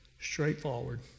straightforward